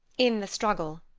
in the struggle,